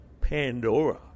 Pandora